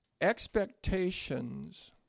Expectations